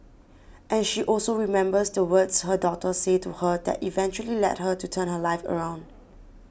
and she also remembers the words her daughter say to her that eventually led her to turn her life around